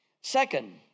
Second